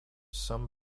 some